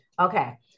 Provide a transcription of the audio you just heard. Okay